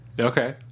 Okay